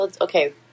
Okay